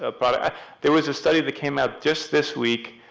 ah but there was a study that came out just this week,